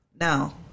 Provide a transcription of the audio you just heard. now